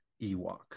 Ewok